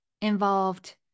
involved